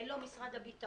אין לו סיוע ממשרד הביטחון.